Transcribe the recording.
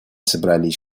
собрались